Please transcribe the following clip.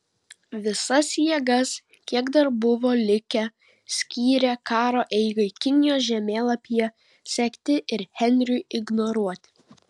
visas jėgas kiek dar buvo likę skyrė karo eigai kinijos žemėlapyje sekti ir henriui ignoruoti